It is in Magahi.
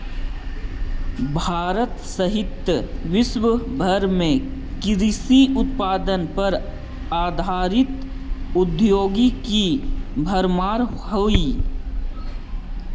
भारत सहित विश्व भर में कृषि उत्पाद पर आधारित उद्योगों की भरमार हई